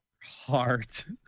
Heart